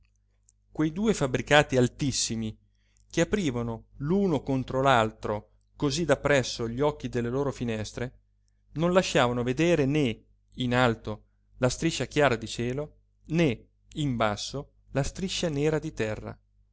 quei due fabbricati altissimi che aprivano l'uno contro l'altro cosí da presso gli occhi delle loro finestre non lasciavano vedere né in alto la striscia chiara di cielo né in basso la striscia nera di terra